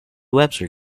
webster